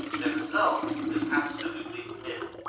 their result is absolutely nil.